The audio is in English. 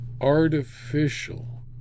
artificial